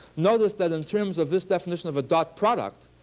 notice that in terms of this definition of a dot product,